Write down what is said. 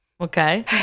Okay